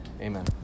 Amen